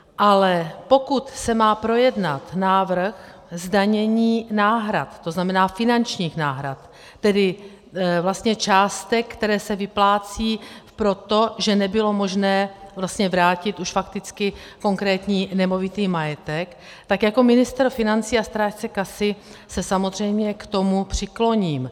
Ale pokud se má projednat návrh zdanění náhrad, tzn. finančních náhrad, tedy vlastně částek, které se vyplácí proto, že nebylo možné vlastně vrátit už fakticky konkrétní nemovitý majetek, tak jako ministr financí a strážce kasy se samozřejmě k tomu přikloním.